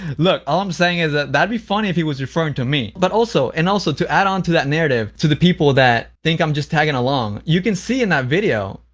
look, ah i'm saying is that that'd be funny if he was referring to me but also and also, to add on to that narrative, to the people that think i'm just tagging along, you can see in that video,